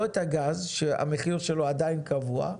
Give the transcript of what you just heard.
לא את הגז שהמחיר שלו עדיין קבוע,